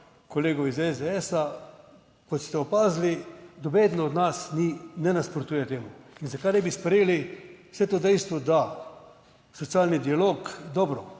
kolegov iz SDS, kot ste opazili, nobeden od nas ne nasprotuje temu in zakaj ne bi sprejeli vse to dejstvo, da socialni dialog, dobro,